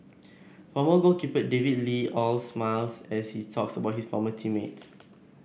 former goalkeeper David Lee all smiles as he talks about his former team mates